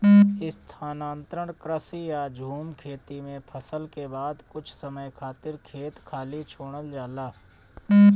स्थानांतरण कृषि या झूम खेती में फसल के बाद कुछ समय खातिर खेत खाली छोड़ल जाला